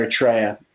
Eritrea